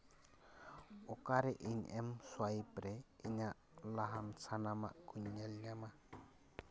ᱚᱠᱟᱨᱮ ᱤᱧ ᱮᱢ ᱥᱳᱣᱟᱭᱤᱯ ᱨᱮ ᱤᱧᱟᱹᱜ ᱞᱟᱦᱟ ᱥᱟᱱᱟᱢᱟᱜ ᱠᱚᱧ ᱧᱮᱞ ᱧᱟᱢᱟ